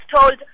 told